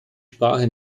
sprache